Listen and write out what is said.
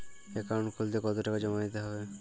Account খুলতে কতো টাকা জমা দিতে হবে?